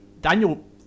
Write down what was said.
Daniel